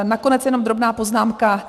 Nakonec jenom drobná poznámka.